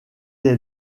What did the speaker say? est